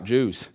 Jews